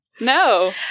No